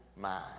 mind